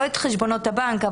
לא את חשבונות הבנק,